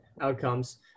outcomes